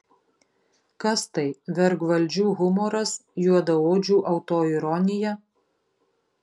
kas tai vergvaldžių humoras juodaodžių autoironija